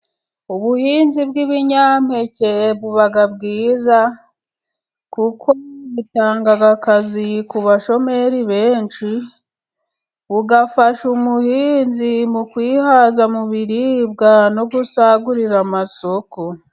Ubuhinzi bwi'ibinyampeke buba bwiza kuko butanga akazi ku bashomeri benshi, bugafasha umuhinzi mu kuyihaza mu biribwa no gusagurira amasoko.